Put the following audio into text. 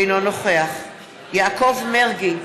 אינו נוכח יעקב מרגי,